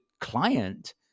client